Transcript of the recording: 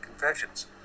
Confessions